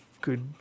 good